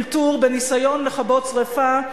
אלתור בניסיון לכבות שרפה,